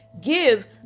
give